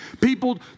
people